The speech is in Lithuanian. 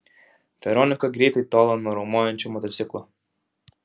veronika greitai tolo nuo riaumojančio motociklo